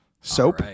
Soap